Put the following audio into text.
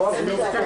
אושר פה